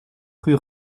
rue